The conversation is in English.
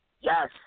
yes